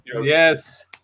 Yes